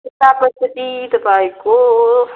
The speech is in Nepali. यतापट्टि तपाईँको